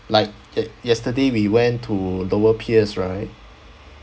like ye~ yesterday we went to lower pierce right